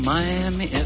Miami